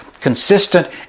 consistent